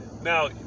Now